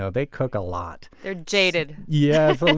so they cook a lot they're jaded yes, a little.